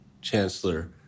chancellor